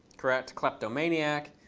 correct. kleptomaniac.